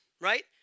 Right